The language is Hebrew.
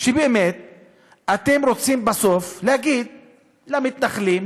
שבאמת אתם רוצים בסוף להגיד למתנחלים,